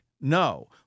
No